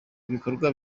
ibikorwa